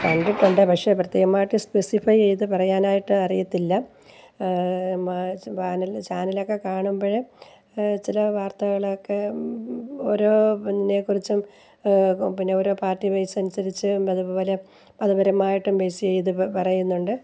കണ്ടിട്ടുണ്ട് പക്ഷെ പ്രത്യേകമായിട്ട് സ്പെസിഫൈ ചെയ്തു പറയാനായിട്ട് അറിയത്തില്ല മാ ച പാനലിനു ചാനലൊക്കെ കാണുമ്പോൾ ചില വർത്തകളൊക്കെ ഓരോ പ്തിനെക്കുറിച്ചും പിന്നെ ഓരോ പാർട്ടി ബേസനുസരിച്ച് അതുപോലെ മതപരമായിട്ടും ബേസ് ചെയ്ത് ഇപ്പം പറയുന്നുണ്ട്